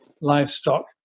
livestock